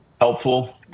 helpful